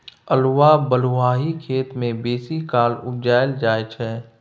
अल्हुआ बलुआही खेत मे बेसीकाल उपजाएल जाइ छै